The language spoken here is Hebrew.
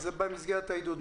זה במסגרת העידוד.